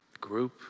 group